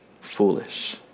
Foolish